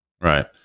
right